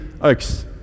Oaks